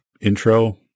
intro